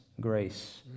grace